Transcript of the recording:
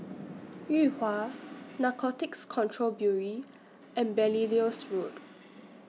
Yuhua Narcotics Control Bureau and Belilios Road